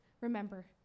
Remember